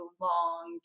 long